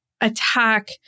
attack